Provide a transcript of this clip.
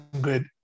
good